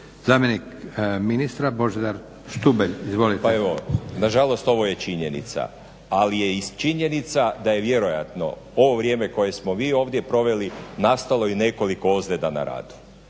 zamjenik ministra Božidar Štubelj. Izvolite. **Štubelj, Božidar** Nažalost ovo je činjenica, ali je i činjenica da je vjerojatno ovo vrijeme koje smo mi ovdje proveli nastalo i nekoliko ozljeda na radu.